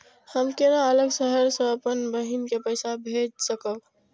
हम केना अलग शहर से अपन बहिन के पैसा भेज सकब?